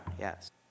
yes